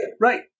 Right